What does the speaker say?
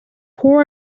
poor